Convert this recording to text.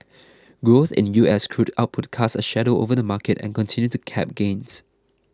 growth in US crude output cast a shadow over the market and continued to cap gains